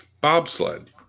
Bobsled